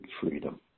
freedom